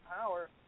power